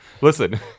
listen